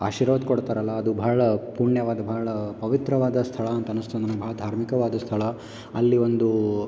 ಆಶೀರ್ವಾದ ಕೊಡ್ತಾರಲ್ಲ ಅದು ಭಾಳ ಪುಣ್ಯವಾದ ಭಾಳ ಪವಿತ್ರವಾದ ಸ್ಥಳ ಅಂತ ಅನಿಸ್ತು ನನಗೆ ಭಾಳ ಧಾರ್ಮಿಕವಾದ ಸ್ಥಳ ಅಲ್ಲಿ ಒಂದು